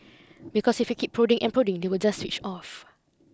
because if you keep prodding and prodding they will just switch off